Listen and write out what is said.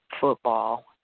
football